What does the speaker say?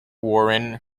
warren